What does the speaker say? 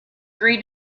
three